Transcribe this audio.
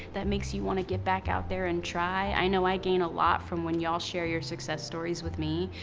that makes you wanna get back out there and try. i know i gain a lot from when y'all share your success stories with me,